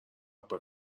حبه